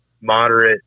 moderate